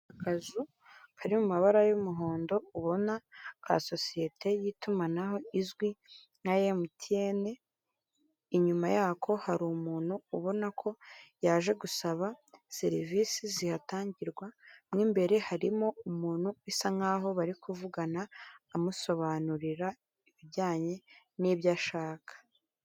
Akazu kari mu mabara y'umuhondo, ubona ka sosiyete y'itumanaho izwi nka emutiyene, inyuma yako hari umuntu ubona ko yaje gusaba serivisi zihatangirwa, mw'imbere harimo umuntu bisa nkaho bari kuvugana amusobanurira ibijyanye n'ibyo ashaka.